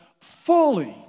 fully